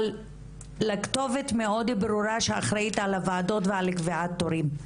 אבל לכתובת מאוד ברורה שאחראית על וועדות ועל תורים,